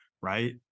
right